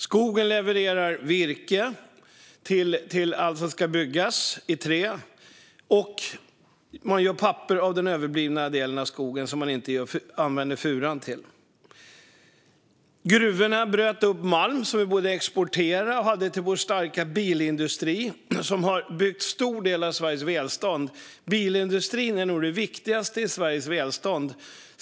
Skogen levererar virke till allt som ska byggas i trä, och man gör papper av det överblivna som man inte använder av furan. I gruvorna bröt man malm som vi både exporterade och hade till vår starka bilindustri som har byggt en stor del av Sveriges välstånd.